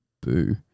boo